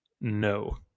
No